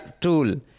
tool